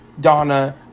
Donna